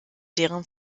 deren